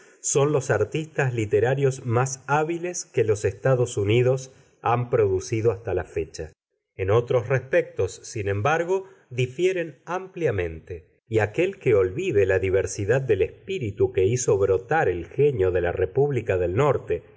son los artistas literarios más hábiles que los estados unidos han producido hasta la fecha en otros respectos sin embargo difieren ampliamente y aquel que olvide la diversidad del espíritu que hizo brotar el genio de la república del norte